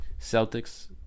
celtics